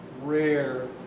rare